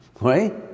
Right